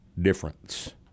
difference